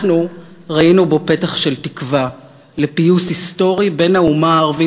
אנחנו ראינו בו פתח של תקווה לפיוס היסטורי בין האומה הערבית